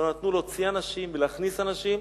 לא נתנו להוציא אנשים ולהחזיר אנשים,